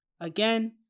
Again